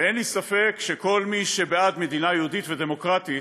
אין לי ספק שכל מי שבעד מדינה יהודית ודמוקרטית,